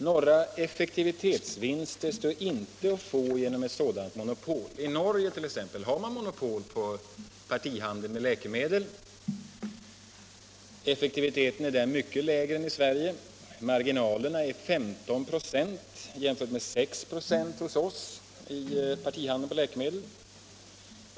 Några effektivitetsvinster står inte att få genom Si ett sådant monopol. I Norge t.ex. har man ett statligt monopol på partihandel med läkemedel. Effektiviteten är där mycket lägre än i Sverige. Marginalerna är 15 96 jämfört med 6 96 hos oss i partihandeln med läkemedel.